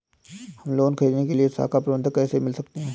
हम लोन ख़रीदने के लिए शाखा प्रबंधक से कैसे मिल सकते हैं?